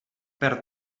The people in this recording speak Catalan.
per